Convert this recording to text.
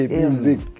music